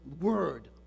Word